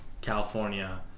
California